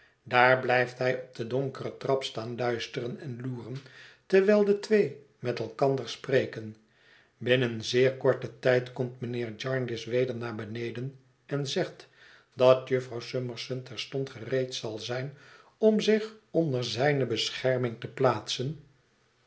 daar blijft hij op de donkere trap staan luisteren en loeren terwijl de twee met elkander spreken binnen zeer korten tijd komt mijnheer jarndyce weder naar beneden en zegt dat jufvrouw summerson terstond gereed zal zijn om zich onder zijne bescherming te plaatsen